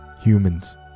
humans